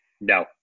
no